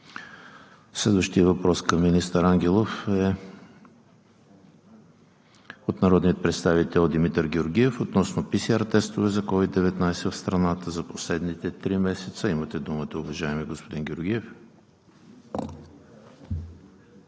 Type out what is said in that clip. Следващият въпрос към министър Ангелов е от народния представител Димитър Георгиев относно PCR тестове за COVID-19 в страната за последните три месеца. Имате думата, уважаеми господин Георгиев.